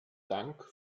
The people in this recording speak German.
dank